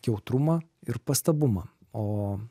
jautrumą ir pastabumą o